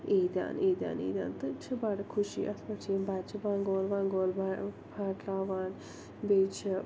عیٖدیٛان عیٖدیٛان عیٖدیٛان تہٕ چھِ بَڑٕ خوشی اَتھ پٮ۪ٹھ چھِ یِم بَچہٕ بنٛگول وَنٛگول پھاٹراوان بیٚیہِ چھِ